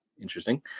interesting